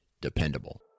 dependable